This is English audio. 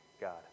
God